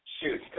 Shoot